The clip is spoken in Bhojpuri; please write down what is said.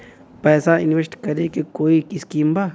पैसा इंवेस्ट करे के कोई स्कीम बा?